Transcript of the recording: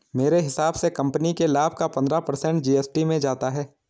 मेरे हिसाब से कंपनी के लाभ का पंद्रह पर्सेंट जी.एस.टी में जाता है